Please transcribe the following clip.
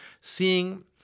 seeing